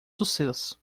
sucesso